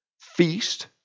feast